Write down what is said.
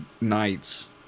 nights